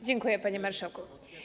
Dziękuję, panie marszałku.